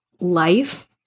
life